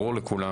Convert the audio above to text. ברור לכולם